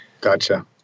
Gotcha